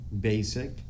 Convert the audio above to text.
basic